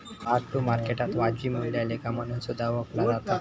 mark to मार्केटाक वाजवी मूल्या लेखा म्हणून सुद्धा ओळखला जाता